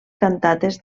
cantates